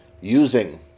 using